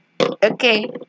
Okay